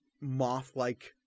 moth-like